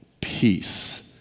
peace